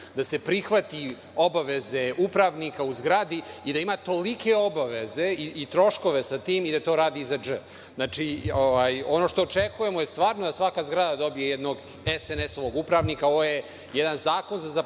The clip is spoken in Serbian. da se prihvati obaveze upravnika u zgradi i da ima tolike obaveze i troškove sa tim i da to radi za DŽ. Ono što očekujemo je stvarno da svaka zgrada dobije jednog SNS upravnika. Ovo je jedan zakon za zapošljavanje